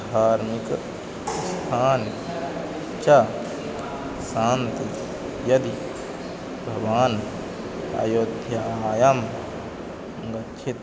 धार्मिकस्थानानि च सान्ति यदि भवान् अयोध्यायां गच्छेत्